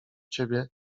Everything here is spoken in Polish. ciebie